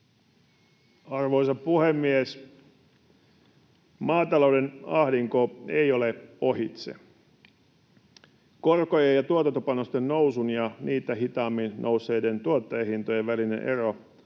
Arvoisa puhemies! Maatalouden ahdinko ei ole ohitse. Korkojen ja tuotantopanosten nousun ja niitä hitaammin nousseiden tuottajahintojen välinen ero